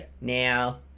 Now